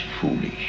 foolish